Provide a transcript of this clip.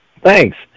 Thanks